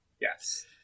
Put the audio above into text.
Yes